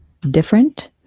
different